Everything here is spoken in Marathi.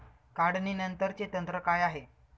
काढणीनंतरचे तंत्र काय आहे?